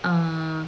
uh